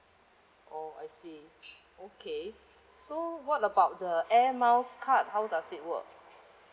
oh I see okay so what about the air miles card how does it work